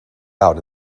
out